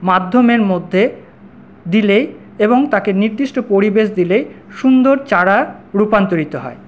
মাধ্যমের মধ্যে দিলেই এবং তাকে নির্দিষ্ট পরিবেশ দিলেই সুন্দর চারা রূপান্তরিত হয়